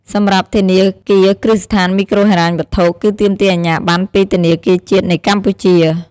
សម្រាប់ធនាគារគ្រឹះស្ថានមីក្រូហិរញ្ញវត្ថុ គឺទាមទារអាជ្ញាប័ណ្ណពីធនាគារជាតិនៃកម្ពុជា។